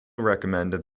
recommended